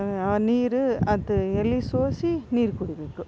ಆ ನೀರು ಅದು ಎಲೆ ಸೋಸಿ ನೀರು ಕುಡಿಬೇಕು